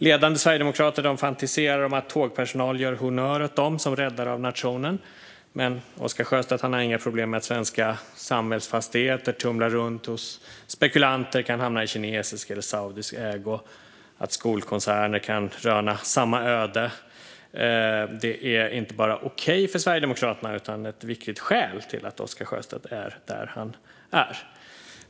Ledande sverigedemokrater fantiserar om att tågpersonal ska göra honnör för dem som räddare av nationen, men Oscar Sjöstedt har inget problem med att svenska samhällsfastigheter tumlar runt hos spekulanter och kan hamna i kinesisk eller saudisk ägo. Att skolkoncerner kan röna samma öde är inte bara okej för Sverigedemokraterna utan ett viktigt skäl till att Oscar Sjöstedt är där han är.